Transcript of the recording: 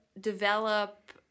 develop